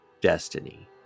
destiny